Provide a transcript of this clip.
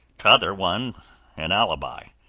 t'other one an alibi.